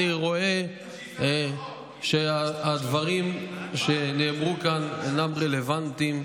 אני רואה שהדברים שנאמרו כאן אינם רלוונטיים.